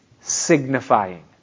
signifying